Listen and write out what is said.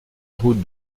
route